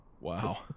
Wow